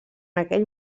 aquell